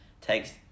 takes